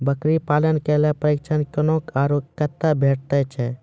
बकरी पालन के लेल प्रशिक्षण कूना आर कते भेटैत छै?